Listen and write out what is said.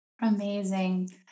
Amazing